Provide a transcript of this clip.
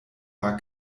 war